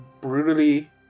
brutally